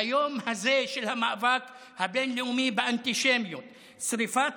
ביום הזה של המאבק הבין-לאומי באנטישמיות שרפת